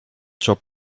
job